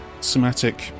somatic